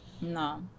No